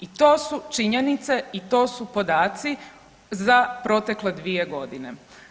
I to su činjenice i to su podaci za protekle 2 godine.